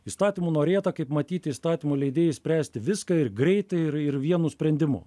įstatymu norėta kaip matyt įstatymų leidėjai spręsti viską ir greitai ir ir vienu sprendimu